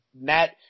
Matt